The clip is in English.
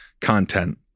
content